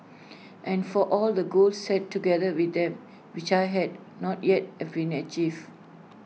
and for all the goals set together with them which I had not yet have been achieved